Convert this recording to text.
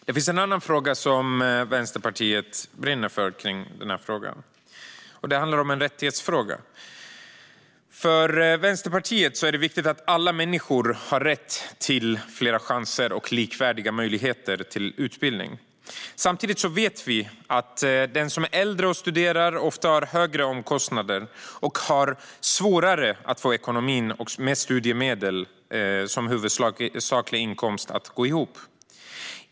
Det finns en annan fråga som Vänsterpartiet brinner för i dessa sammanhang, och det är en rättighetsfråga. För Vänsterpartiet är det viktigt att alla människor har rätt till flera chanser och likvärdiga möjligheter till utbildning. Samtidigt vet vi att den som är äldre och studerar ofta har högre omkostnader och svårare att få ekonomin med studiemedel som huvudsaklig inkomst att gå ihop.